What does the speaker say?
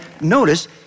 notice